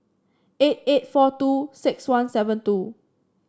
eight eight four two six one seven two